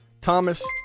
Thomas